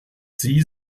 sie